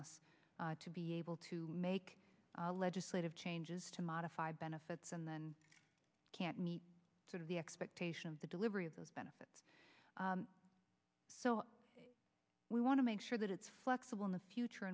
on us to be able to make legislative changes to modify benefits and then can't meet the expectation of the delivery of those benefits so we want to make sure that it's flexible in the future